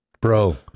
Bro